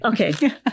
Okay